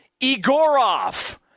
Igorov